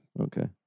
Okay